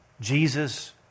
Jesus